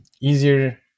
easier